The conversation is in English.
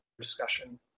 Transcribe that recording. discussion